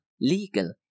legal